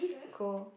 cool